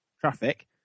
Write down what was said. traffic